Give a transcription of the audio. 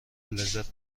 لذت